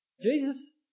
Jesus